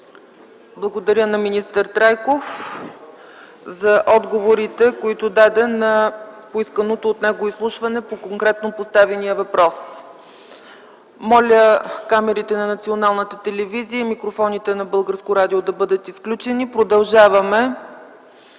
Благодаря на министър Трайков за отговорите, които даде по исканото от него изслушване по конкретно поставени въпроси. Моля камерите на Българската национална телевизия и микрофоните на Българското национално радио да бъдат изключени. Продължаваме